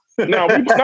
No